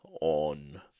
on